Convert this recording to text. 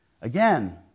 Again